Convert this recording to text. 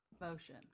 Motion